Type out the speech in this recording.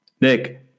Nick